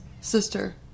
sister